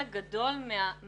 אני